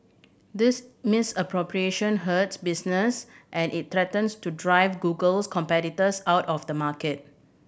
this misappropriation hurts business and it threatens to drive Google's competitors out of the market